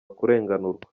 kurenganurwa